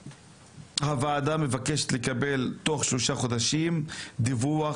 הוועדה מבקשת לקבל תוך 3 חודשים דיווח